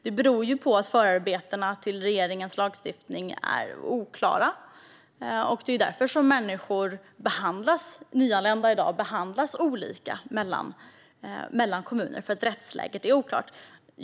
Detta beror på att förarbetena till regeringens lagstiftning är oklara, och det är därför nyanlända i dag behandlas olika i olika kommuner - rättsläget är oklart.